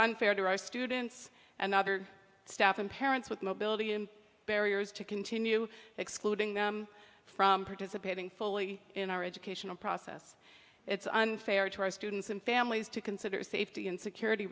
unfair to our students and other staff and parents with mobility and barriers to continue excluding them from participating fully in our educational process it's unfair to our students and families to consider the safety and security